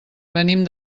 venim